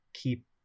Keep